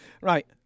Right